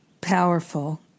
powerful